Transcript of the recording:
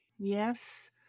Yes